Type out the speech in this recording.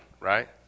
right